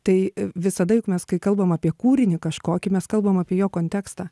tai visada juk mes kai kalbam apie kūrinį kažkokį mes kalbam apie jo kontekstą